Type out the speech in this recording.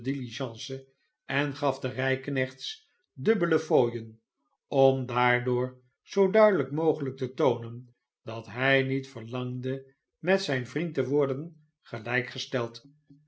diligence en gaf de rijknechts dubbele fooien om daardoor zoo duidelijk mogelijk te toonen dat hij niet verlangde met zijn vriend te worden gelijk gesteld